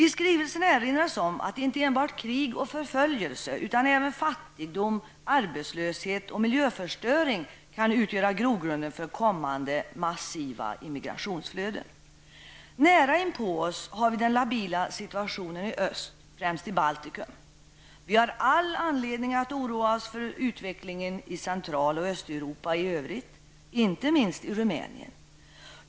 I skrivelsen erinras om att inte enbart krig och förföljelse utan även fattigdom, arbetslöshet och miljöförstöring kan utgöra grogrunden för kommande massiva immigrationsflöden. Nära inpå oss har vi den labila situationen i öst, främst i Baltikum. Vi har all anledning att oroa oss för utvecklingen i Central och Östeuropa i övrigt, inte minst i Rumänien.